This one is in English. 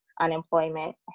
unemployment